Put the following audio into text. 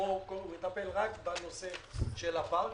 הוא מטפל רק בנושא של הפארק.